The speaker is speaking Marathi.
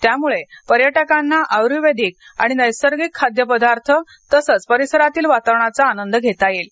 त्यामुळे पर्यटकांना आय़्वेदीक आणि नैसर्गिक खाद्यपदार्थ आणि परिसरातील वातावरणाचा आनंद घेता येईल